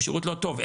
הוא שירות לא טוב.